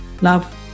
Love